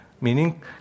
meaning